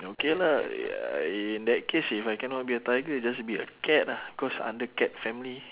okay lah ya in that case if I cannot be a tiger just be a cat lah cause under cat family